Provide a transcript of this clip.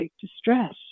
distress